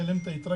אשלם את היתרה,